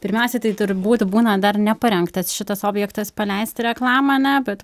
pirmiausia tai turbūt būna dar neparengtas šitas objektas paleisti į reklamą ane bet